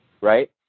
right